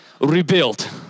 Rebuilt